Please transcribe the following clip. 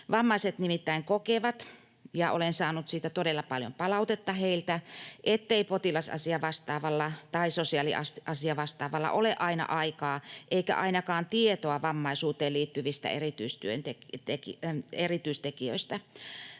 Vammaiset nimittäin kokevat — ja olen saanut siitä todella paljon palautetta heiltä — ettei potilasasiavastaavalla tai sosiaaliasiavastaavalla ole aina aikaa eikä ainakaan tietoa vammaisuuteen liittyvistä erityistekijöistä.